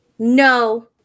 No